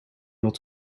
wat